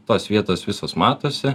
tos vietos visos matosi